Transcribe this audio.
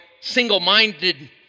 single-minded